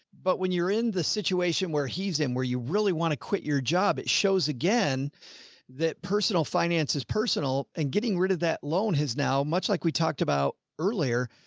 but when you're in the situation where he's in, where you really want to quit your job, it shows again that personal finance is personal and getting rid of that loan has now, much like we talked about earlier,